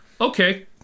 Okay